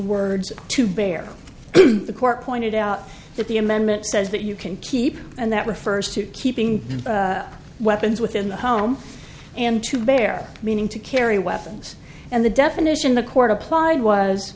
words to bear the court pointed out that the amendment says that you can keep and that refers to keeping weapons within the home and to bear meaning to carry weapons and the definition the court applied was